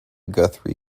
guthrie